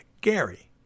Gary